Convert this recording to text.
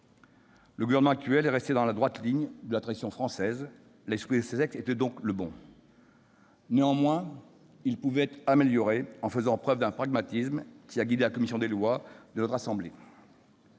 Le gouvernement actuel est resté dans la droite ligne de la tradition française, l'esprit de ce texte était donc le bon. Néanmoins, il pouvait être amélioré, en faisant preuve d'un pragmatisme qui a guidé la commission des lois de notre assemblée.